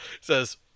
says